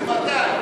ממתי?